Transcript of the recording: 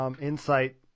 insight